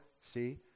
See